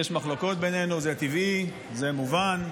יש מחלוקות ביננו, זה טבעי, זה מובן.